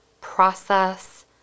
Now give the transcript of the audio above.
process